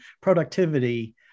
productivity